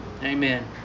Amen